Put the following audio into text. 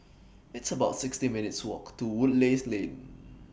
It's about sixty minutes' Walk to Woodleigh Lane